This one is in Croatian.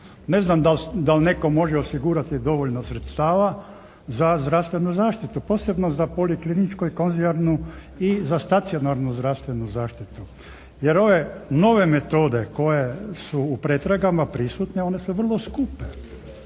Ne znam da li netko može osigurati dovoljno sredstava za zdravstvenu zaštitu posebno za polikliničku i konzilijarnu i za stacionarnu zdravstvenu zaštitu, jer ove nove metode koje su u pretragama prisutne one su vrlo skupe.